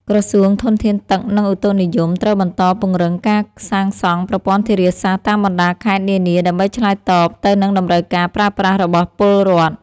ក្រសួងធនធានទឹក និងឧតុនិយមត្រូវបន្តពង្រឹងការសាងសង់ប្រព័ន្ធធារាសាស្ត្រតាមបណ្តាខេត្តនានាដើម្បីឆ្លើយតបទៅនឹងតម្រូវការប្រើប្រាស់របស់ពលរដ្ឋ។